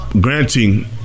Granting